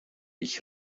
ich